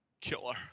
Killer